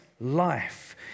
life